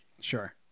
Sure